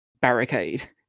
barricade